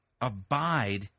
abide